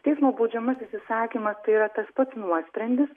teismo baudžiamasis įsakymas tai yra tas pats nuosprendis